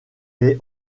les